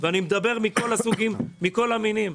מכל הסוגים ומכל המינים.